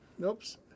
Oops